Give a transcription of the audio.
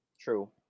True